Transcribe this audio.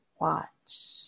watch